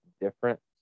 different